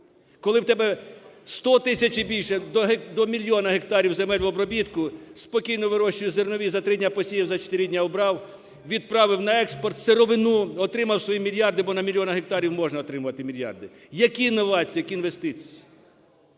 Коли в тебе сто тисяч і більше, до мільйона гектарів земель в обробітку – спокійно вирощуй зернові, за три дня посіяв, за чотири дня убрав, відправив на експерт сировину, отримав свої мільярди, бо на мільйоні гектарів можна отримувати мільярди. Які інновації, які інвестиції?